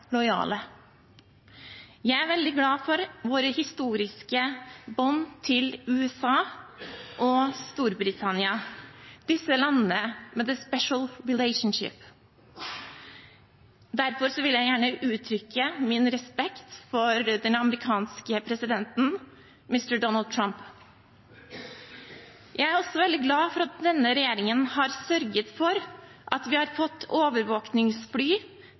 Jeg er veldig glad for våre historiske bånd til USA og Storbritannia – disse landene med «the special relationship». Derfor vil jeg gjerne uttrykk min respekt for den amerikanske presidenten, mr. Donald Trump. Jeg er også veldig glad for at denne regjeringen har sørget for at vi har fått overvåkningsfly,